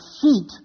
feet